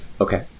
Okay